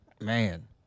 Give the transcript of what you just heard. man